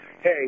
Hey